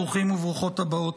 ברוכים הבאים וברוכות הבאות.